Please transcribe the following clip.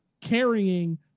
carrying